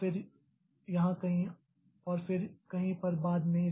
तो फिर यहाँ कहीं और फिर कहीं पर बाद में